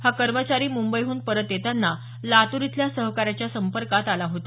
हा कर्मचारी मुंबईहून परत येताना लातूर इथल्या सहकाऱ्याच्या संपर्कात आला होता